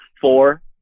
four